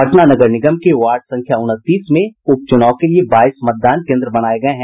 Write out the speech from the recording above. पटना नगर निगम के वार्ड संख्या उनतीस में उपचुनाव के लिए बाईस मतदान केन्द्र बनाये गये हैं